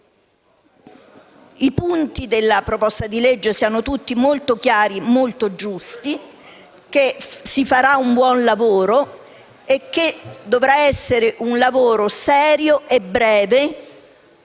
i punti della proposta di legge siano tutti molto chiari e giusti. Ritengo che si farà un buon lavoro, che dovrà essere serio e breve,